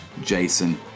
Jason